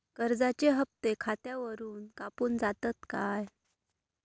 कर्जाचे हप्ते खातावरून कापून जातत काय?